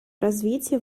развития